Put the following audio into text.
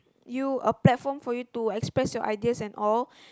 you a platform for you to express you ideas and all